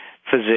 physician